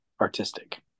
artistic